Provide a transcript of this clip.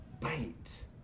bite